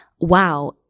wow